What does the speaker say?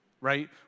right